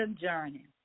journey